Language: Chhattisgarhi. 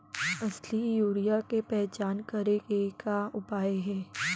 असली यूरिया के पहचान करे के का उपाय हे?